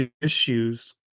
issues